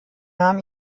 nahm